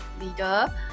leader